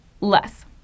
less